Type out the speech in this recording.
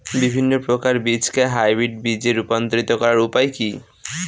বিভিন্ন প্রকার বীজকে হাইব্রিড বীজ এ রূপান্তরিত করার উপায় কি?